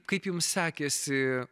kaip jums sekėsi